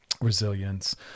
resilience